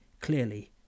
clearly